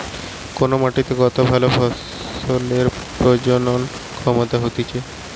কোন মাটিতে কত ভালো ফসলের প্রজনন ক্ষমতা হতিছে